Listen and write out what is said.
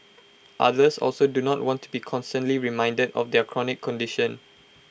others also do not want to be constantly reminded of their chronic condition